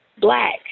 black